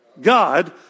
God